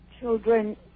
children